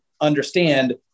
understand